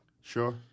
Sure